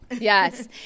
Yes